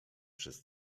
przez